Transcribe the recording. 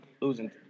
losing